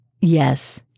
yes